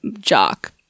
jock